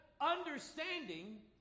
understanding